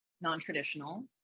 non-traditional